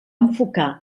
enfocar